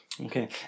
Okay